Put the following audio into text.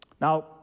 Now